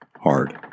Hard